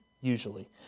usually